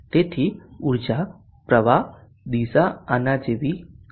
તેથી ઉર્જા પ્રવાહ દિશા આના જેવી છે